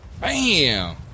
Bam